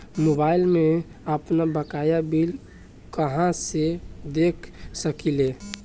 Mobile में आपनबकाया bill कहाँसे देख सकिले?